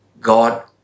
God